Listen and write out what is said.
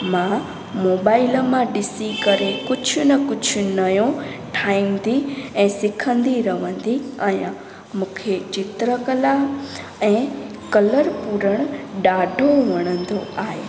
मां मोबाइल मां ॾिसी करे कुझु न कुझु नओं ठाहींदी ऐं सिखंदी रहंदी आहियां मूंखे चित्रकला ऐं कलर पुरण ॾाढो वणंदो आहे